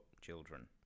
children